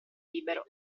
libero